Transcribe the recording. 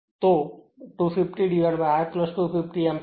તો 250 R 250 ampere